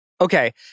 okay